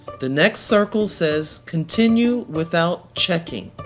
the next circle says continue without checking.